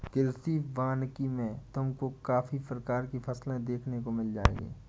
कृषि वानिकी में तुमको काफी प्रकार की फसलें देखने को मिल जाएंगी